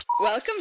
welcome